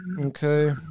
Okay